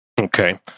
Okay